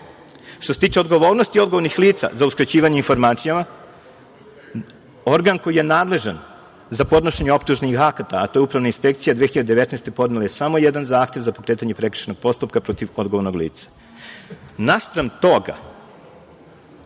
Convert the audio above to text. se tiče odgovornosti odgovornih lica za uskraćivanje informacijama, organ koji je nadležan za podnošenje optužnih akata, a to je Upravna inspekcija 2019. godine podnela je samo jedan zahtev za pokretanje prekršajnog postupka protiv odgovornog